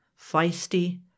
feisty